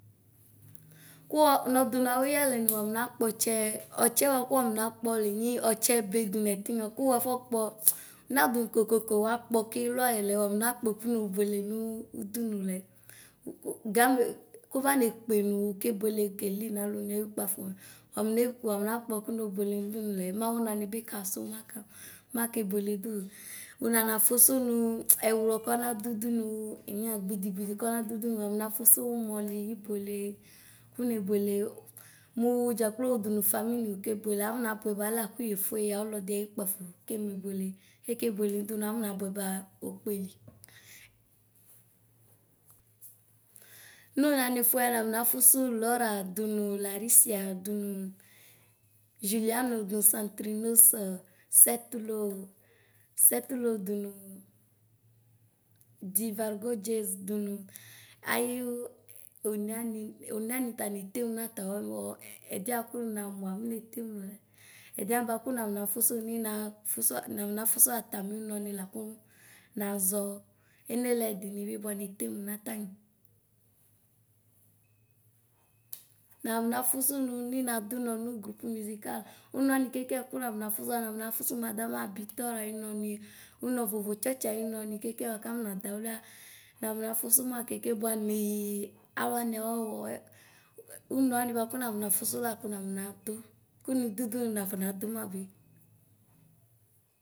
Kʋwa nɔdʋnʋ auryalɛni wafɔ nakpɔ ɔtsɛ ɔtsɛ bʋakʋ wafɔ na kpɔ lenyi ɔtsɛ be dʋnʋ ɛtinyɔ kʋwafɔ kpɔ nadʋ kokoko wakpɔ kilʋ ayɛlɛ wafɔnakpɔɛ kʋ nobuele nʋdʋnʋ lɛ ko gamɛ kʋfa nekpe mʋ wʋkebʋele keli nalʋni ʋkpafo wafɔne wafɔnakpɔ nobʋele nʋ ʋdʋnʋ. Lɛ mawʋ nami bi kasʋ mɛ make bʋele dʋwʋ ʋnana fʋsʋnʋ ɛwlɔ kɔnadʋ ʋdʋnʋ enuy gbidi gbidi kɔna dʋ ʋdʋnʋ wafɔnafʋsʋ ʋmɔli ibvele kʋne buele mʋ wʋdzakpo wʋdʋnʋ ƒamiy wʋkebʋele aƒɔna bʋɛba alɛ kʋ yefue ya ɔlɔdi ayo ʋkpafo kɛme buele kɛkebuele nʋ ʋdʋnʋ aƒɔna bʋɛ okpeli nʋnɛƒʋɛ na nafʋsʋ iɔra dʋnʋ lansia dʋnʋ gʋliano dʋnʋ satrinos sɛtlo sɛtlo dʋnʋ divalgʋ dʒeʒ dʋnʋ ayʋ onewani onewani ta netemʋ nʋ ataɔwɔ ɛdiɛ bʋakʋ nina mʋ mʋ netemʋ lɛ ɛdiwani bʋakʋ nana ƒʋsʋ ŋamʋ na fʋsʋ atami ʋmɔ nila kʋ nazɔ enelɛdini bʋai netemʋ natani nanafʋsʋ nʋ nadʋ ʋnɔ nʋ grʋp mʋsikal ʋnɔ wani keke kʋ nanafʋsʋɛ nafɔ nafʋsʋ madam abitɔ ayinɔ ni ʋnɔ voʋovo tsɔtsi ayinɔni keke akʋ akʋ nadawli nafɔ nafʋsʋ ma keke bʋa nineyi alʋ wani ayɔ wɛ ɔnʋ wani bʋakʋ naβnafʋsʋ lakʋ naƒʋ nadʋ kʋnidʋ ʋdʋnʋ nafɔ nodʋma bi.